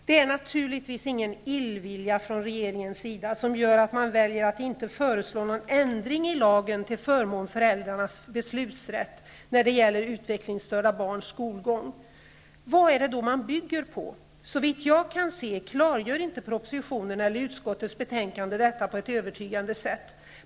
Det är naturligtvis ingen illvilja från regeringens sida som gör att man väljer att inte föreslå någon ändring i lagen till förmån för föräldrarnas beslutsrätt när det gäller utvecklingsstörda barns skolgång. Vad är det då man bygger på? Såvitt jag kan se klargör inte propositionen eller utskottets betänkande detta på ett övertygande sätt.